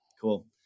Cool